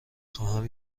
خواهم